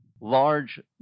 large